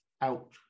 out